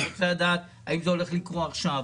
ואני רוצה לדעת אם זה הולך לקרות עכשיו.